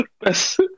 Best